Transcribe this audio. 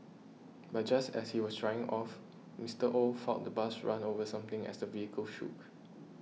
but just as he was driving off Mister Oh felt the bus run over something as the vehicle shook